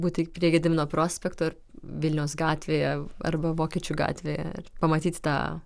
būti prie gedimino prospekto ir vilniaus gatvėje arba vokiečių gatvėje pamatyti tą